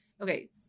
okay